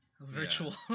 Virtual